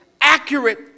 accurate